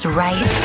right